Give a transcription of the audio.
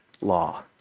law